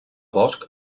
bosc